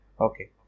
Okay